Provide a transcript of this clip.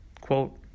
Quote